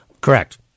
correct